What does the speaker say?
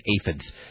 aphids